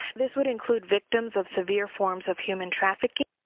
this would include victims of severe forms of human trafficking,